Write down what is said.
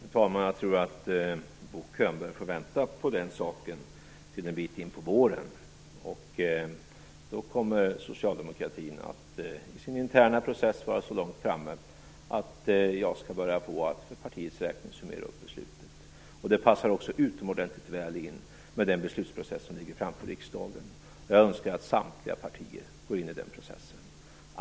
Fru talman! Jag tror att Bo Könberg får vänta på den saken till en bit in på våren. Då kommer socialdemokratin att i sin interna process vara så långt framme att jag skall börja att för partiets räkning summera beslutet. Det passar också utomordentligt väl in i den beslutsprocess som ligger framför riksdagen. Jag önskar att samtliga partier går in i den processen.